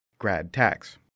gradtax